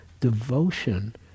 devotion